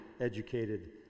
educated